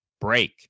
break